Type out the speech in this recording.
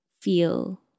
feel